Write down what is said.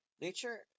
nature